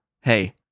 Hey